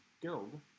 guild